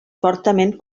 fortament